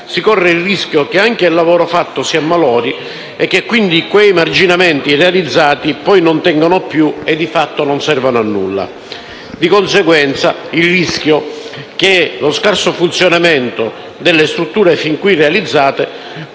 si corre il rischio che anche il lavoro fatto si ammalori e che quei marginamenti realizzati non tengano più e, di fatto, non servano a nulla. Di conseguenza, vi è il rischio che lo scarso funzionamento delle strutture fin qui realizzate